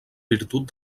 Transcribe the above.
virtut